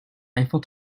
eiffel